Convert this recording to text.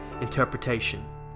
Interpretation